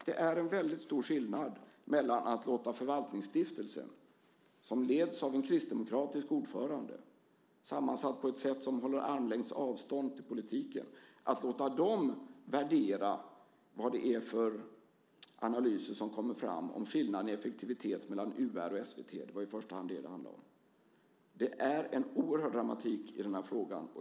Det är en väldigt stor skillnad jämfört med att låta Förvaltningsstiftelsen, som leds av en kristdemokratisk ordförande och som är sammansatt på ett sätt som håller en armlängds avstånd till politiken, värdera de analyser som kommer fram om skillnaden i effektivitet mellan UR och SVT - det är i första hand det det handlar om. Det är en oerhörd dramatik i den här frågan.